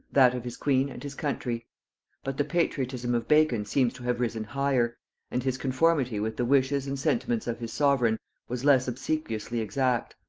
that of his queen and his country but the patriotism of bacon seems to have risen higher and his conformity with the wishes and sentiments of his sovereign was less obsequiously exact.